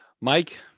Mike